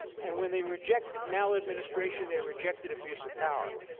and when they rejected maladministration, they rejected abuse of power.